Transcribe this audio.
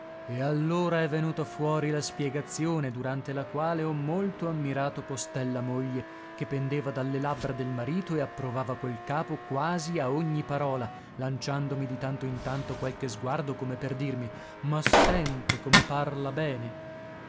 e allora è venuta fuori la spiegazione durante la quale ho molto ammirato postella moglie che pendeva dalle labbra del marito e approvava col capo quasi a ogni parola lanciandomi di tanto in tanto qualche sguardo come per dirmi ma sente come parla bene